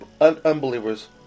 unbelievers